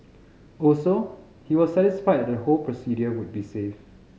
also he was satisfied that the procedure would be safe